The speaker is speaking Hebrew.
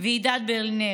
ועדת ברלינר.